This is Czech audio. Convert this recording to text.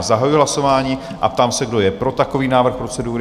Zahajuji hlasování a ptám se, kdo je pro takový návrh procedury?